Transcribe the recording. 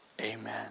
Amen